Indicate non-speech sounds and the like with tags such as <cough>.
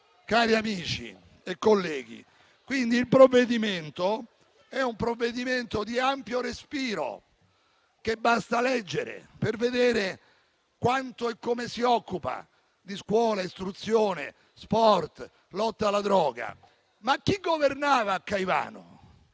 cari amici e colleghi. <applause> Questo è un provvedimento di ampio respiro, che basta leggere per vedere quanto e come si occupa di scuola, istruzione, sport, lotta alla droga. Ma chi governava a Caivano?